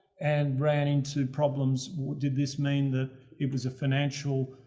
and ran into problems. did this mean that it was a financial,